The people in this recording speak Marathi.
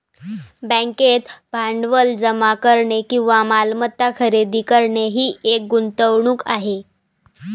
बँकेत भांडवल जमा करणे किंवा मालमत्ता खरेदी करणे ही एक गुंतवणूक आहे